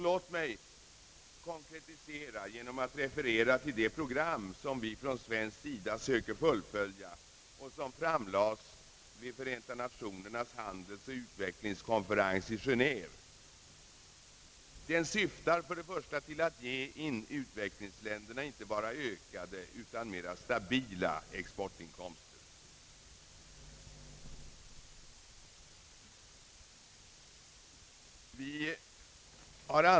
Låt mig konkretisera detta resonemang genom att referera till det program, som vi från svensk sida söker fullfölja och som framlades vid Förenta Nationernas handelsoch utvecklingskonferens i Genéve. Det syftar först och främst till att ge utvecklingsländerna inte bara ökade utan mera stabila exportinkomster.